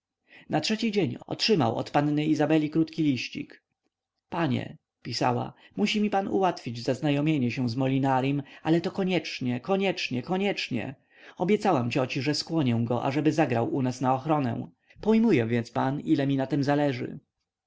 na trzeci dzień otrzymał od panny izabeli krótki liścik panie pisała musi mi pan ułatwić zaznajomienie się z molinarim ale to koniecznie koniecznie koniecznie obiecałam cioci że skłonię go ażeby zagrał u niej na ochronę pojmuje więc pan ile mi na tem zależy